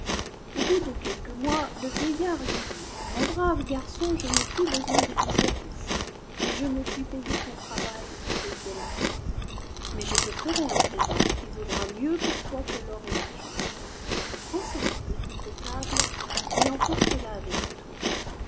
au bout de quelques mois le vieillard lui dit mon brave garçon je n'ai plus besoin de tes services et je ne puis payer ton travail avec de l'argent mais je te ferai un présent qui vaudra mieux pour toi que l'or et l'argent prends cette petite table et emporte la avec toi